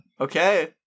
Okay